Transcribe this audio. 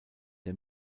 der